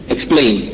Explain